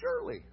surely